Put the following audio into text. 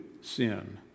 sin